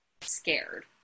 scared